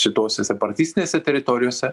šitose separatistinėse teritorijose